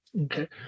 okay